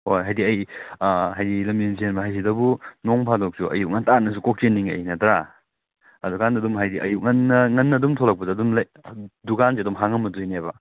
ꯍꯣꯏ ꯍꯥꯏꯗꯤ ꯑꯩꯒꯤ ꯍꯥꯏꯗꯤ ꯂꯝꯖꯦꯟ ꯆꯦꯟꯕ ꯍꯥꯏꯁꯤꯗꯕꯨ ꯅꯣꯡ ꯐꯥꯗꯣꯛꯁꯨ ꯑꯌꯨꯛ ꯉꯟꯇꯥꯅꯁꯨ ꯀꯣꯛ ꯆꯦꯟꯅꯤꯡꯉꯛꯏ ꯅꯠꯇ꯭ꯔꯥ ꯑꯗꯨ ꯀꯥꯟꯗ ꯑꯗꯨꯝ ꯍꯥꯏꯗꯤ ꯑꯌꯨꯛ ꯉꯟꯅ ꯉꯟꯅ ꯑꯗꯨꯝ ꯊꯣꯛꯂꯛꯄꯗ ꯑꯗꯨꯝ ꯗꯨꯀꯥꯟꯗꯤ ꯑꯗꯨꯝ ꯍꯥꯡꯉꯝꯃꯗꯣꯏꯅꯦꯕ